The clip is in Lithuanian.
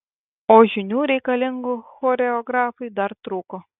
o žinių reikalingų choreografui dar trūko